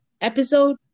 episode